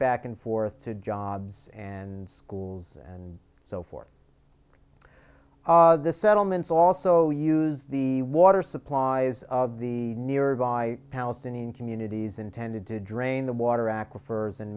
back and forth to jobs and schools and so forth the settlements also use the water supplies of the nearby palestinian communities intended to drain the water aquifers and